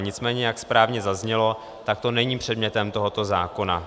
Nicméně jak správně zaznělo, to není předmětem tohoto zákona.